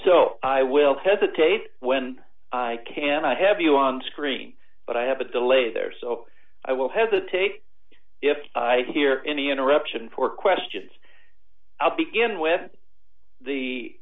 so i will hesitate when i can i have you on screen but i have a delay there so i will hesitate if i hear any interruption for questions i'll begin with the